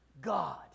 God